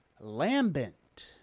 lambent